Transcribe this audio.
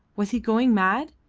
was he going mad?